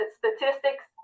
statistics